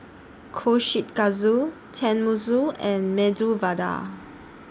Kushikatsu Tenmusu and Medu Vada